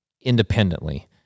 independently